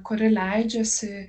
kuri leidžiasi